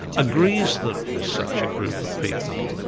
agrees that there is such a group of people.